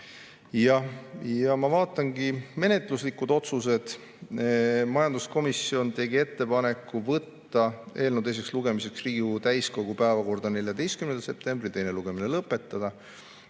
on veel] menetluslikud otsused. Majanduskomisjon tegi ettepaneku võtta eelnõu teiseks lugemiseks Riigikogu täiskogu päevakorda 14. septembril ja teine lugemine lõpetada.